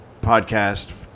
podcast